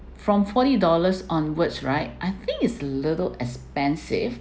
from forty dollars onwards right I think it's little expensive